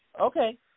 Okay